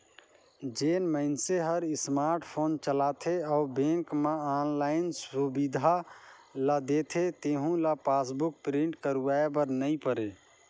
जेन मइनसे हर स्मार्ट फोन चलाथे अउ बेंक मे आनलाईन सुबिधा ल देथे तेहू ल पासबुक प्रिंट करवाये बर नई परे